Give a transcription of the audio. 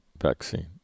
vaccine